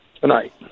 tonight